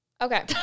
Okay